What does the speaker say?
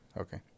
Okay